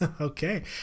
Okay